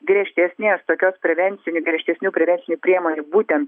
griežtesnės tokios prevencinį griežtesnių prevencinių priemonių būtent